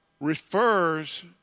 refers